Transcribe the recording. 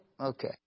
Okay